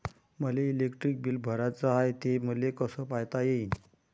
मले electric bill भराचं हाय, ते मले कस पायता येईन?